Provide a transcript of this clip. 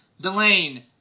Delane